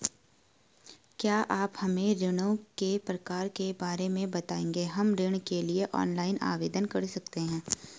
क्या आप हमें ऋणों के प्रकार के बारे में बताएँगे हम ऋण के लिए ऑनलाइन आवेदन कर सकते हैं?